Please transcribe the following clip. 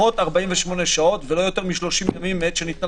לפחות 48 שעות ולא יותר מ-30 ימים מעת שניתנה